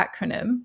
acronym